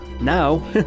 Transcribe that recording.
now